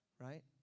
right